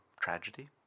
tragedy